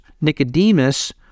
Nicodemus